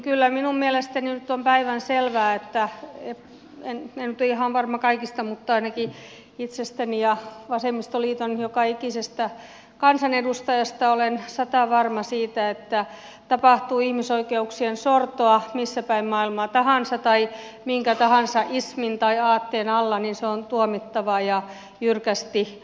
kyllä minun mielestäni nyt on päivänselvää en nyt ole ihan varma kaikista mutta ainakin itsestäni ja vasemmistoliiton joka ikisestä kansanedustajasta olen satavarma että tapahtuu ihmisoikeuksien sortoa missä päin maailmaa tahansa tai minkä tahansa ismin tai aatteen alla niin se on tuomittava ja jyrkästi